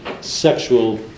sexual